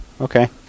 Okay